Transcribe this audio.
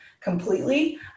completely